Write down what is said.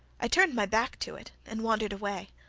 i turned my back to it, and wandered away.